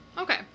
Okay